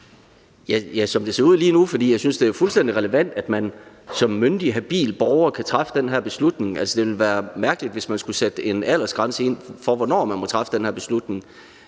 jeg synes, det er fuldstændig relevant, at man som myndig, habil borger kan træffe den her beslutning. Altså, det ville være mærkeligt, hvis man skulle sætte en aldersgrænse ind for, hvornår man må træffe den her beslutning.